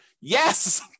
Yes